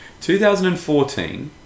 2014